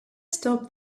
stop